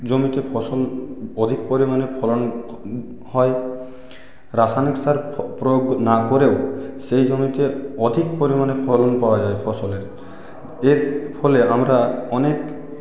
জমিতে ফসল অধিক পরিমাণে ফলন হয় রাসায়নিক সার প্রয়োগ না করেও সেই জমিতে অধিক পরিমাণে ফলন পাওয়া যায় ফসলের এর ফলে আমরা অনেক